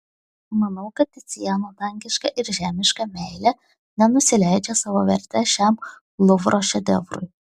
manau kad ticiano dangiška ir žemiška meilė nenusileidžia savo verte šiam luvro šedevrui